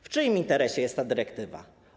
W czyim interesie jest ta dyrektywa?